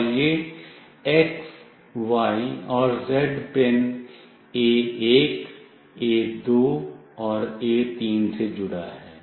और यह x y और z पिन A1 A2 और A3 से जुड़ा है